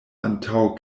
antaŭ